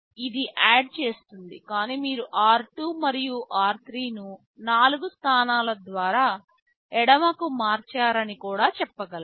ఇది add చేస్తుంది కాని మీరు r2 మరియు r3 ను 4 స్థానాల ద్వారా ఎడమకు మార్చారని కూడా చెప్పగలను